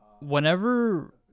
whenever